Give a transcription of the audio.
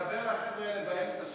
דבר לחבר'ה האלה באמצע.